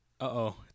Uh-oh